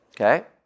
Okay